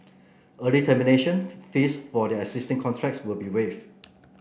early termination fees for their existing contracts will be waived